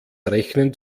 rechnen